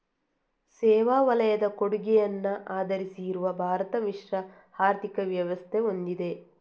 ಸೇವಾ ವಲಯದ ಕೊಡುಗೆಯನ್ನ ಆಧರಿಸಿ ಇರುವ ಭಾರತ ಮಿಶ್ರ ಆರ್ಥಿಕ ವ್ಯವಸ್ಥೆ ಹೊಂದಿದೆ